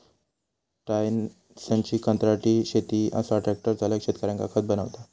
टायसनची कंत्राटी शेती असा ट्रॅक्टर चालक शेतकऱ्यांका खत बनवता